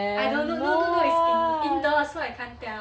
I don't know no no no it's indoors so I can't tell